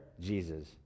Jesus